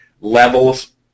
levels